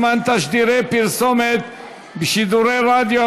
זמן תשדירי פרסומת בשידורי רדיו),